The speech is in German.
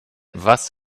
was